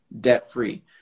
debt-free